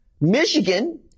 Michigan